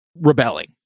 rebelling